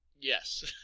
Yes